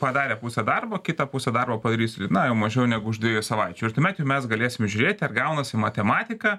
padarę pusę darbo kitą pusę darbo padarys na jau mažiau negu už dviejų savaičių ir tuomet jau mes galėsim žiūrėti ar gaunasi matematika